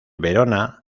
verona